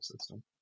system